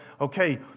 Okay